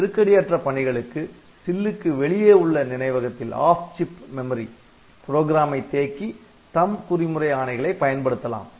நெருக்கடி அற்ற பணிகளுக்கு சில்லுக்கு வெளியே உள்ள நினைவகத்தில் நிரலை தேக்கி THUMB குறிமுறை ஆணைகளை பயன்படுத்தலாம்